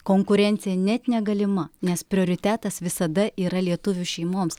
konkurencija net negalima nes prioritetas visada yra lietuvių šeimoms